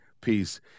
peace